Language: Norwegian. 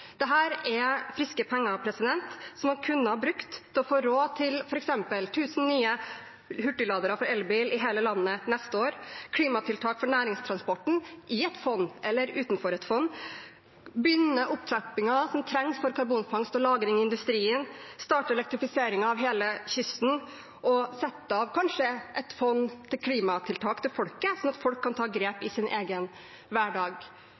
er friske penger som en kunne ha brukt til å få råd til f.eks. 1 000 nye hurtigladere for elbil i hele landet neste år, klimatiltak for næringstransporten i eller utenfor et fond, begynnende opptrappinger som trengs for karbonfangst og -lagring for industrien, å starte elektrifisering av hele kysten – og kanskje å sette av et fond til klimatiltak til folket, slik at folk kan ta grep i sin egen hverdag.